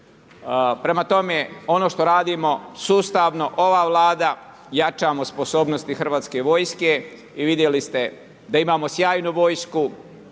Prema tome, ono što radimo, sustavno, ova Vlada jačamo sposobnosti hrvatske vojske i vidjeli ste da imamo sjajnu vojsku,